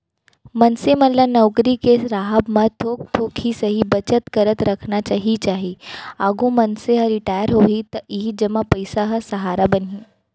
मनसे मन ल नउकरी के राहब म थोक थोक ही सही बचत करत रखना ही चाही, आघु मनसे ह रिटायर होही त इही जमा पइसा ह सहारा बनही